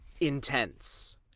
intense